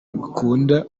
nkunda